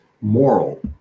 moral